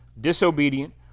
disobedient